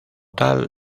tal